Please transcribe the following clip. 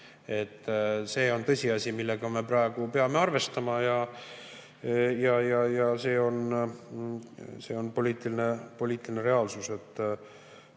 See on tõsiasi, millega me praegu peame arvestama. Ja see on poliitiline reaalsus,